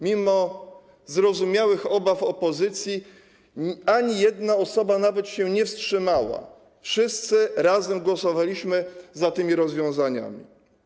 Mimo zrozumiałych obaw opozycji ani jedna osoba się nie wstrzymała, wszyscy razem głosowaliśmy za tymi rozwiązaniami.